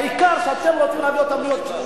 העיקר שאתם רוצים להביא אותם להיות שבויים.